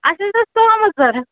اَسہِ حظ ٲس ژامَن ضوٚرَتھ